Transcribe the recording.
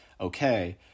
okay